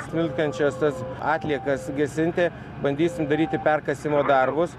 smilkstančias tas atliekas gesinti bandysim daryti perkasimo darbus